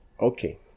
okay